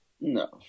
No